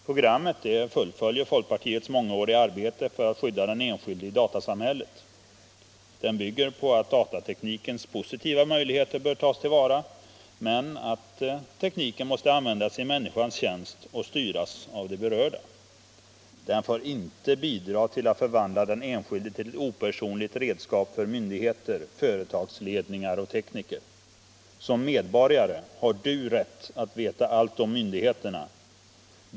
Programmet fullföljer folkpartiets mångåriga arbete för att skydda den enskilde i datasamhället. Det bygger på att datateknikens positiva möjligheter bör tas till vara men att tekniken måste användas i människans tjänst och styras av de berörda. Den får inte bidra till att förvandla den enskilde till ett opersonligt redskap för myndigheter, företagsledningar och tekniker. Som medborgare har Du rätt att veta allt om myndigheterna.